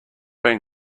been